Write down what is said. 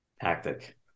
tactic